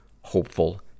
hopeful